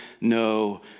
no